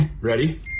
Ready